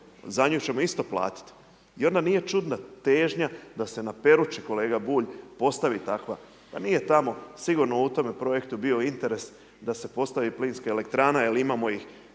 za nju ćemo isto platiti. I onda nije čudna težnja da se na Peruči kolega Bulj postavi takva, pa nije tamo sigurno u tome projektu bio interes da se postavi plinska elektrana jer imamo ih